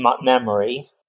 memory